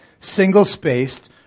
single-spaced